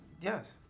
Yes